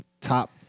top